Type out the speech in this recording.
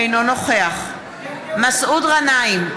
אינו נוכח מסעוד גנאים,